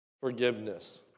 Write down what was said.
forgiveness